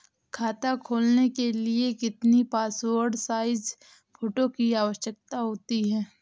खाता खोलना के लिए कितनी पासपोर्ट साइज फोटो की आवश्यकता होती है?